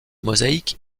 mosaïque